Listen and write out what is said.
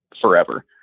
forever